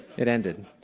it ended.